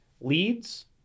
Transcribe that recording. leads